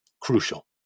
crucial